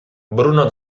bruno